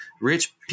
rich